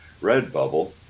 Redbubble